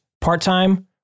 part-time